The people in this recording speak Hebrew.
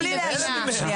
אבל תנו לי להשלים שנייה.